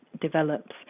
develops